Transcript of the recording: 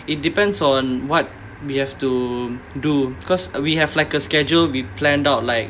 it depends on what we have to do because we have like a schedule we planned out like